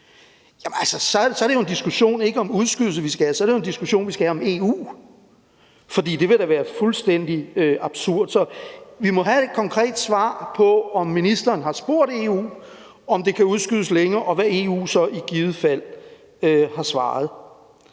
30. juni, så er det jo ikke en diskussion om en udskydelse, vi skal have. Så er det jo en diskussion om EU, vi skal have, for det ville da være fuldstændig absurd. Så vi må have et konkret svar på, om ministeren har spurgt EU, om det kan udskydes længere, og hvad EU så i givet fald har svaret.